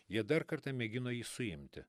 jie dar kartą mėgino jį suimti